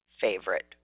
favorite